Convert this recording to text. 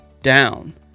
Down